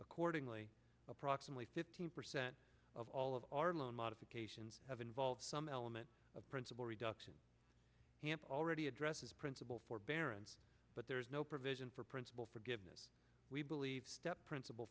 accordingly approximately fifteen percent of all of our loan modifications have involve some element of principal reduction hamp already addresses principal forbearance but there is no provision for principal forgiveness we believe step principal